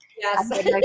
Yes